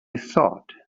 thought